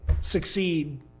Succeed